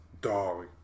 Dog